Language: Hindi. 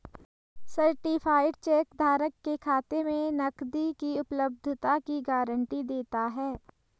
सर्टीफाइड चेक धारक के खाते में नकदी की उपलब्धता की गारंटी देता है